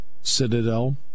Citadel